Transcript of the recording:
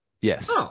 yes